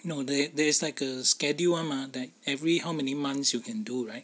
no there there is like a schedule [one] mah like every how many months you can do right